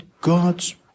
God's